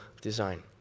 design